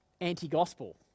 anti-gospel